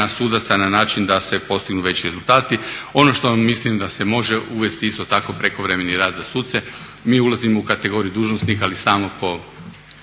sudaca na način da se postignu veći rezultati. Ono što mislim da se može uvesti isto tako prekovremeni rad za suce. Mi ulazimo u kategoriju dužnosnika, ali samo po